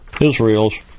Israel's